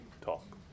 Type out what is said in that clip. talk